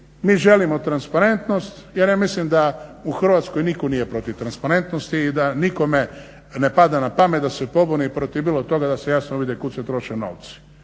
mi želimo transparentnost jer ja mislim da u Hrvatskoj nitko nije protiv transparentnosti i da nikome ne pada na pamet da se pobuni protiv bilo toga da se jasno vidi kud se troše novci.